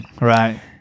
Right